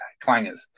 clangers